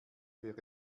wer